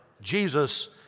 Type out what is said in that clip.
Jesus